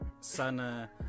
Sana